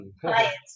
clients